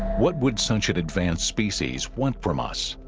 what would son should advanced species want from us